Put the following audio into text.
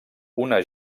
una